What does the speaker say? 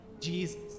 Jesus